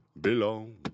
belong